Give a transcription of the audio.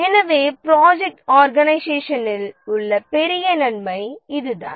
எனவே ப்ராஜெக்ட் ஆர்கனைசேஷனில் உள்ள பெரிய நன்மை இதுதான்